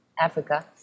Africa